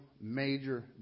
major